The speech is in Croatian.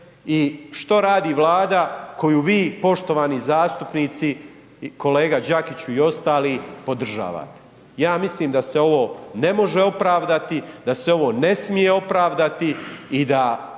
I što radi Vlada koju vi poštovani zastupnici, kolega Đakiću i ostali, podržavate? Ja mislim da se ovo ne može opravdati, da se ovo ne smije opravdati i da